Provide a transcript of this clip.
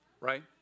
right